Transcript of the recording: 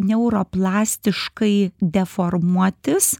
neuroplastiškai deformuotis